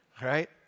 right